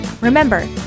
Remember